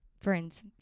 friends